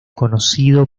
conocido